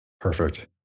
Perfect